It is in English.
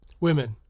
Women